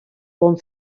bon